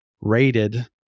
rated